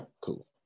cool